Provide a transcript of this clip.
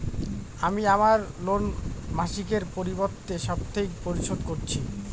আমি আমার ঋণ মাসিকের পরিবর্তে সাপ্তাহিক পরিশোধ করছি